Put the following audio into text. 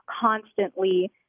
constantly